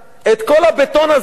את כל הבטון הזה,